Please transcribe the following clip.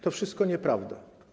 To wszystko nieprawda.